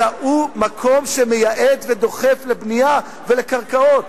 אלא הוא מקום שמייעד ודוחף לבנייה ולקרקעות.